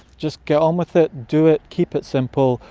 just get on with it, do it, keep it simple,